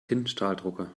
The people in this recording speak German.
tintenstrahldrucker